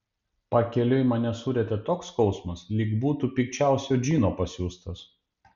pakeliui mane surietė toks skausmas lyg būtų pikčiausio džino pasiųstas